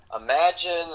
imagine